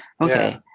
Okay